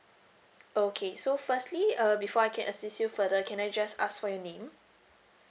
okay so firstly err before I can assist you further can I just ask for your name